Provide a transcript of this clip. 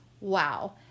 Wow